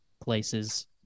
places